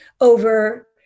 over